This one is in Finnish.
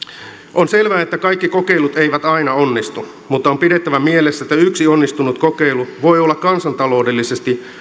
on selvää että kaikki kokeilut eivät aina onnistu mutta on pidettävä mielessä että yksi onnistunut kokeilu voi olla kansantaloudellisesti